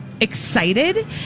excited